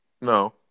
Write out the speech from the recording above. No